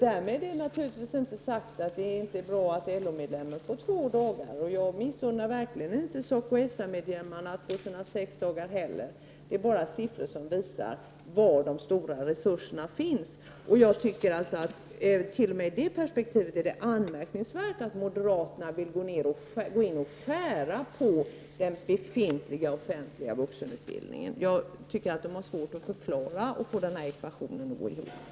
Därmed är det naturligtvis inte sagt att det inte är bra att LO-medlemmen får två dagars utbildning. Och jag missunnar verkligen inte SACO/SR medlemmen hans sex dagar heller. Det här är bara siffror som visar var de stora resurserna finns. Även i det perspektivet är det anmärkningsvärt att moderaterna vill gå in och skära i den befintliga offentliga vuxenutbildningen. Jag tycker att de har svårt att få ekvationen att gå ihop.